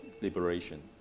liberation